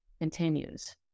continues